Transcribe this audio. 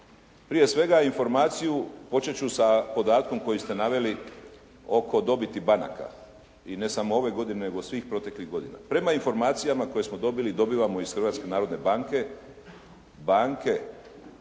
Prije svega informaciju počet ću sa podatkom koji ste naveli oko dobiti banaka i ne samo ove godine nego svih proteklih godina. Prema informacijama koje smo dobili i dobivamo iz Hrvatske